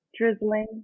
drizzling